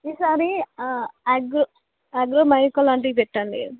ఈ సారి యాగ్ యాగ్రో మైకో లాంటివి పెట్టండి